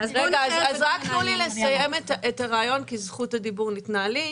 רק תנו לי לסיים את הרעיון כי זכות הדיבור ניתנה לי.